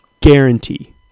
Guarantee